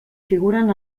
figuren